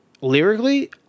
lyrically